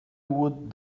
would